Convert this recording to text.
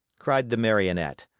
cried the marionette.